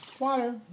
water